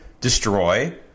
destroy